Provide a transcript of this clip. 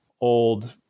old